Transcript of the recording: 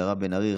מירב בן ארי,